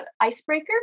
icebreaker